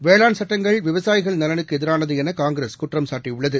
வேளாண் சட்டங்கள் விவசாயிகள் நலனுக்குஎதிரானதுஎனகாங்கிரஸ் குற்றம் சாட்டியுள்ளது